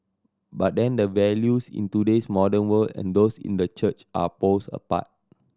but then the values in today's modern world and those in the church are poles apart